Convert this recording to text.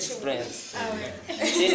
friends